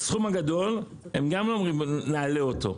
על הסכום הגדול הם גם אומרים: נעלה אותו.